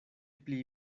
pli